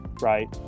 right